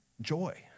joy